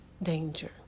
danger